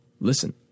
listen